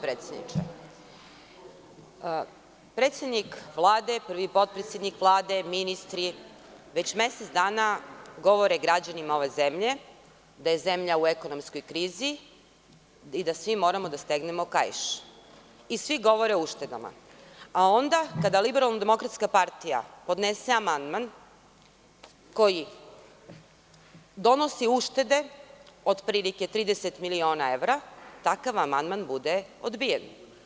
Predsednik Vlade, prvi potpredsednik Vlade, ministri već mesec dana govore građanima ove zemlje da je zemlja u ekonomskoj krizi i da svi moramo da stegnemo kaiš i svi govore o uštedama, a onda kada LDP podnese amandman koji donosi uštede od 30 miliona evra, takav amandman bude odbijen.